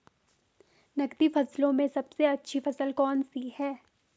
नकदी फसलों में सबसे अच्छी फसल कौन सी है?